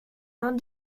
not